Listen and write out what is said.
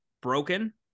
broken